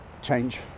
change